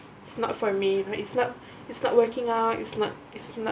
it's not for me it's not it's not working out it's not it's not